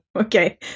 okay